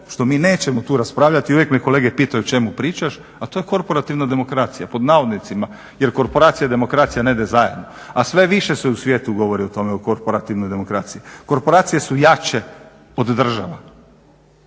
što mi nećemo tu raspravljati i uvijek mi kolege pitaju o čemu pričaš a to je korporativna demokracija pod navodnicima jer korporacija i demokracija ne idu zajedno a sve više se u svijetu govori o tome o korporativnoj demokraciji, korporacije su jače od država.